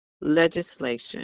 legislation